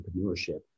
entrepreneurship